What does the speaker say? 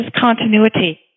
continuity